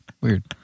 Weird